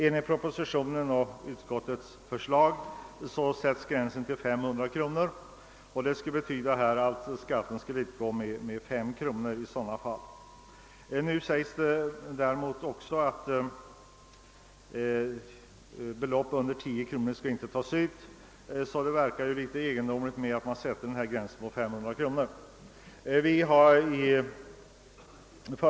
Enligt propositionen och utskottets förslag skall gränsen sättas vid 500 kronor, och det betyder att skatten skulle uppgå till 5 kronor. Nu framhålles att skattebelopp under 10 kronor inte skall tas ut, och det verkar därför litet egendomligt att gränsen satts vid 500 kronor.